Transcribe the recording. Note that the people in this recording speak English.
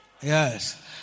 Yes